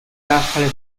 nachteile